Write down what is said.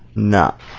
not